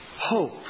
hope